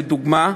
לדוגמה,